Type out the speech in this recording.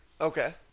Okay